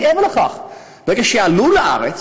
מעבר לכך, ברגע שיעלו לארץ,